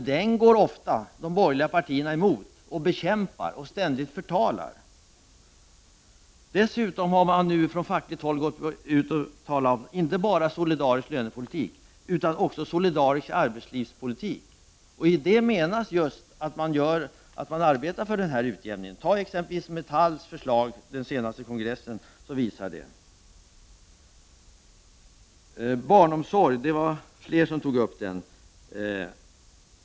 Men de borgerliga partierna går ofta emot, bekämpar och förtalar den politiken. Från fackligt håll har man nu börjat gå ut och tala inte bara om solidarisk lönepolitik utan också om solidarisk arbetslivspolitik. Med det menas just att man arbetar för denna utjämning. Exempelvis Metalls förslag från den senaste kongressen visar detta. Flera tog upp frågan om barnomsorgen.